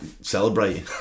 celebrating